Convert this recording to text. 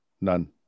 none